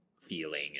feeling